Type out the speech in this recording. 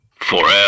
Forever